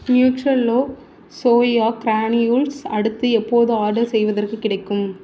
Nutrela soya granules அடுத்து எப்போது order செய்வதற்குக் கிடைக்கும்